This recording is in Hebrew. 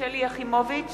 שלי יחימוביץ,